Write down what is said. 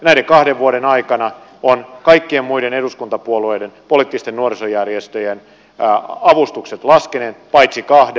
näiden kahden vuoden aikana ovat kaikkien muiden eduskuntapuolueiden poliittisten nuorisojärjestöjen avustukset laskeneet paitsi kahden